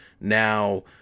now